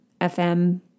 FM